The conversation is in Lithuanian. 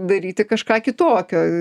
daryti kažką kitokio